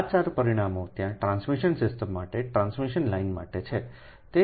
આ ચાર પરિમાણો ત્યાં ટ્રાન્સમિશન સિસ્ટમ માટે ટ્રાન્સમિશન લાઇન માટે છે